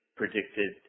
predicted